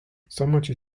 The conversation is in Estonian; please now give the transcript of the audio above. samuti